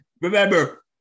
Remember